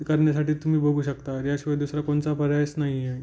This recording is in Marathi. करण्यासाठी तुम्ही बघू शकता याशिवाय दुसरा कोणचा पर्यायच नाही आहे